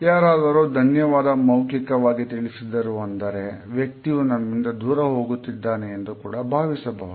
ಯಾರಾದರೂ ಧನ್ಯವಾದ ಮೌಖಿಕವಾಗಿ ತಿಳಿಸಿದರು ಅಂದರೆ ವ್ಯಕ್ತಿಯು ನಮ್ಮಿಂದ ದೂರ ಹೋಗುತ್ತಿದ್ದಾನೆ ಎಂದು ಕೂಡ ಭಾವಿಸಬಹುದು